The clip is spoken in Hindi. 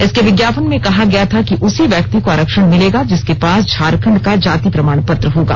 इसके विज्ञापन में कहा गया था कि उसी व्यक्ति को आरक्षण मिलेगा जिसके पास झारखंड का जाति प्रमाण पत्र होगा